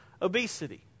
obesity